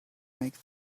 make